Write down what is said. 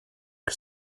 que